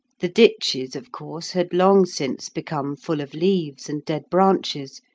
the ditches, of course, had long since become full of leaves and dead branches,